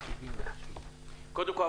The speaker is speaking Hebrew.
קודם כל,